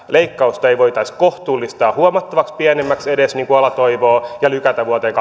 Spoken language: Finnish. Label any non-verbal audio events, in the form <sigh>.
leikkausta ei voitaisi kohtuullistaa huomattavasti pienemmäksi edes niin kuin ala toivoo ja lykätä vuoteen <unintelligible>